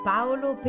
Paolo